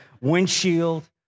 windshield